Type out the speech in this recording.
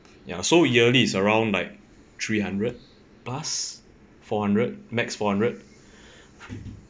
ya so yearly is around like three hundred plus four hundred max four hundred